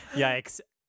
yikes